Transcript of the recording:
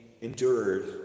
endured